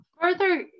Further